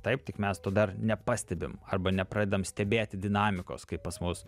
taip tik mes to dar nepastebim arba nepradedam stebėti dinamikos kaip pas mus